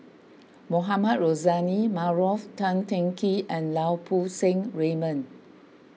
Mohamed Rozani Maarof Tan Teng Kee and Lau Poo Seng Raymond